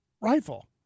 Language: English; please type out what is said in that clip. rifle